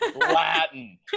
Latin